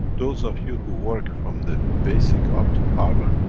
those of you who work from the basic up to carbon,